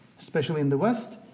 especially in the west,